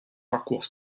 parcours